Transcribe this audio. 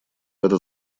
этот